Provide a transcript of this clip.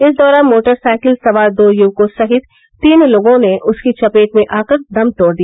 इस दौरान मोटरसाइकिल सवार दो युवकों सहित तीन लोगों ने उसकी चपेट में आकर दम तोड़ दिया